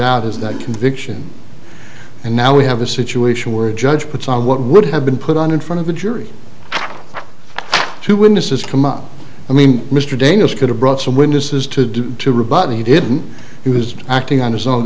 out is that conviction and now we have a situation where a judge puts on what would have been put on in front of a jury two witnesses come up i mean mr danas could have brought some witnesses to do to rebut he didn't he was acting on his own